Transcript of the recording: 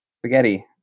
spaghetti